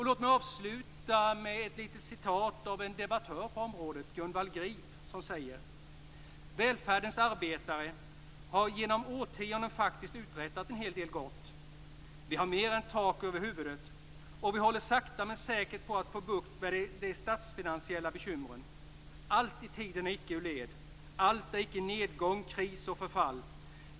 Låt mig avsluta med ett litet citat av en debattör på området, Gunvall Grip, som säger: "Välfärdens arbetare har genom årtiondena faktiskt uträttat en del gott. Vi har mer än tak över huvudet. Och vi håller sakta men säkert på att få bukt med de statsfinansiella bekymren. Allt i tiden är icke ur led. Allt är icke nedgång, kris och förfall.